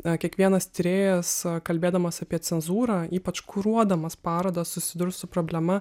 na kiekvienas tyrėjas kalbėdamas apie cenzūrą ypač kuruodamas parodas susidurs su problema